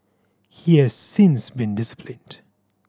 he has since been disciplined